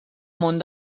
món